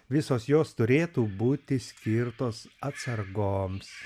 visos jos turėtų būti skirtos atsargoms